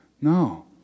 No